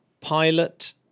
pilot